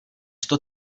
sto